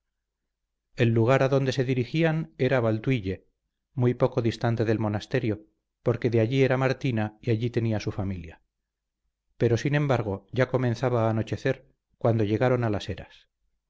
el lugar a donde se dirigían era valtuille muy poco distante del monasterio porque de allí era martina y allí tenía su familia pero sin embargo ya comenzaba a anochecer cuando llegaron a las eras